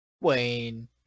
Wayne